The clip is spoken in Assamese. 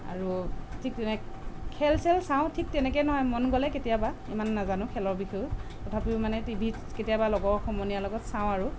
আৰু ঠিক তেনেকে খেল চেল চাওঁ ঠিক তেনেকৈ নহয় মন গ'লে কেতিয়াবা ইমান নাজানো খেলৰ বিষয়েও তথাপিও মানে টিভিত কেতিয়াবা লগৰ সমনীয়া লগত চাওঁ আৰু